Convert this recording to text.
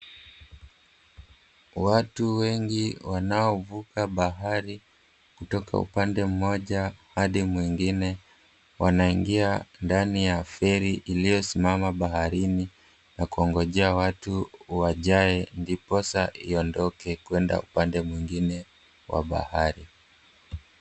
Watu wengi wanaovuka bahari kutoka upande mmoja hadi mwingine wanaingia ndani ya feri iliosimama baharini na kungojea watu wajae ndiposa iondoke kuenda upande mwingine wa bahari.